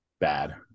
Bad